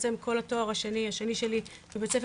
בעצם כל התואר השני שלי זה בית ספר